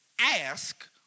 ask